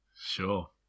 Sure